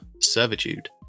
Servitude